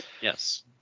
Yes